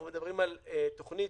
אנחנו מדברים על תוכנית,